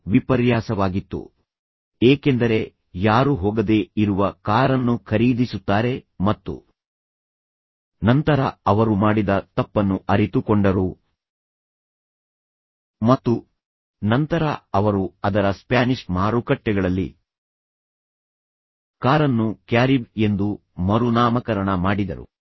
ಇದು ವಿಪರ್ಯಾಸವಾಗಿತ್ತು ಏಕೆಂದರೆ ಯಾರು ಹೋಗದೇ ಇರುವ ಕಾರನ್ನು ಖರೀದಿಸುತ್ತಾರೆ ಮತ್ತು ನಂತರ ಅವರು ಮಾಡಿದ ತಪ್ಪನ್ನು ಅರಿತುಕೊಂಡರು ಮತ್ತು ನಂತರ ಅವರು ಅದರ ಸ್ಪ್ಯಾನಿಷ್ ಮಾರುಕಟ್ಟೆಗಳಲ್ಲಿ ಕಾರನ್ನು ಕ್ಯಾರಿಬ್ ಎಂದು ಮರುನಾಮಕರಣ ಮಾಡಿದರು